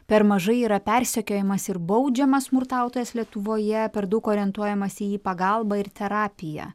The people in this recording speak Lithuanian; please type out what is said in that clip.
per mažai yra persekiojamas ir baudžiamas smurtautojas lietuvoje per daug orientuojamasi į pagalbą ir terapiją